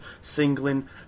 singling